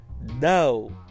no